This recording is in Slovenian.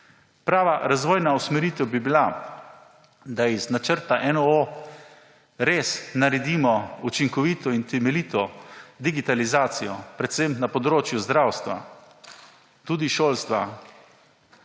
Prava razvojna usmeritev bi bila, da iz načrta NOO res naredimo učinkovito in temeljito digitalizacijo, predvsem na področju zdravstva, tudi šolstva,